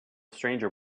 stranger